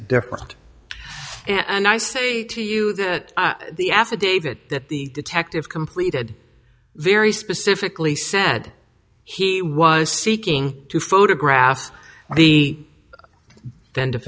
different and i say to you that the affidavit that the detective completed very specifically said he was seeking to photograph the end of